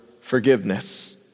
forgiveness